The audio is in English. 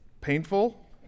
painful